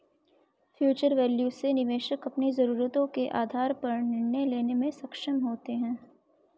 future value से निवेशक अपनी जरूरतों के आधार पर निर्णय लेने में सक्षम होते हैं